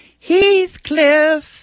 Heathcliff